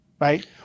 right